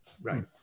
Right